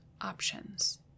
options